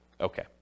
Okay